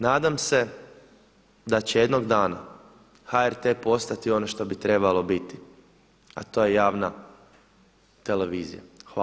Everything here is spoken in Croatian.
Nadam se da će jednog dana HRT postati ono što bi trebalo biti, a to je javna televizija.